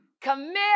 commit